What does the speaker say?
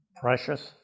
precious